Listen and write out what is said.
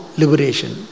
liberation